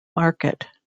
market